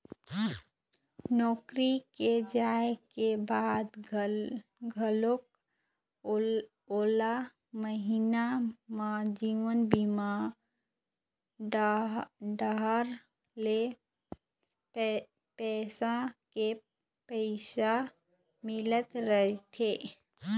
नौकरी के जाए के बाद घलोक ओला महिना म जीवन बीमा डहर ले पेंसन के पइसा मिलत रहिथे